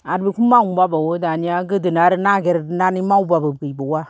आरो बिखौ मावनो बाबावो दाना गोदोनिया आर नागिरनानै मावबाबो गैबावया